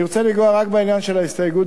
אני רוצה לנגוע רק בעניין של ההסתייגות,